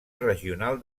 regional